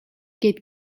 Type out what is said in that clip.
гээд